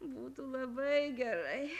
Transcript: būtų labai gerai